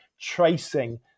tracing